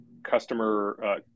Customer